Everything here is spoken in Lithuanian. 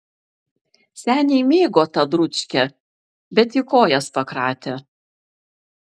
seniai mėgo tą dručkę bet ji kojas pakratė